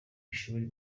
ishuri